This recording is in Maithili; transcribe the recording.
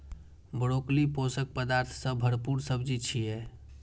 ब्रोकली पोषक पदार्थ सं भरपूर सब्जी छियै